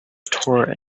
tour